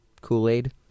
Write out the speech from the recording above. Kool-Aid